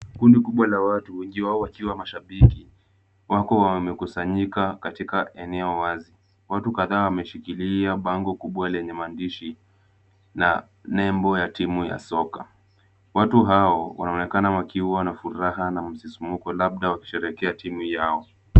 Kundi kubwa la watu wengi wao wakiwa mashabiki wako wamekusanyika katika eneo wazi. Watu kadhaa wameshikilia bango kubwa lenye maandishi na nembo ya timu ya soka. Watu hao wanaonekana wakiwa na furaha na msisimko labda wakisherehekea timu yao.